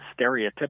stereotypical